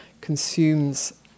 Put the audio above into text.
consumes